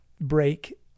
break